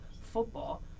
football